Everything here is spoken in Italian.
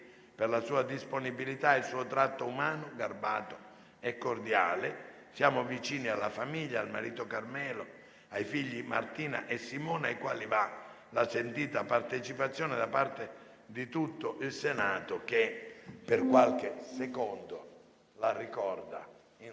per la sua disponibilità e il suo tratto umano garbato e cordiale. Siamo vicini alla famiglia, al marito Carmelo, ai figli Martina e Simone, ai quali va la sentita partecipazione di tutto il Senato che per qualche secondo la ricorda in